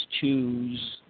choose